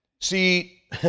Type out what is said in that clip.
See